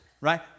right